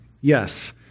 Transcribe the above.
Yes